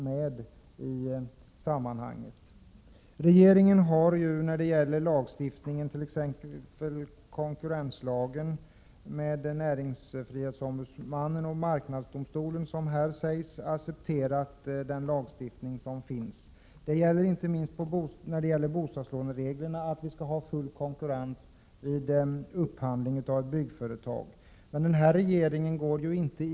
Regeringen har accepterat den lagstiftning som finns. I svaret nämndes t.ex. konkurrenslagen, som ger näringsfrihetsombudsmannen och marknadsdomstolen möjlighet till ingripanden. Vi skall ha full konkurrens vid upphandling av byggföretag och inte minst när det gäller bostadslånereglerna.